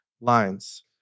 lines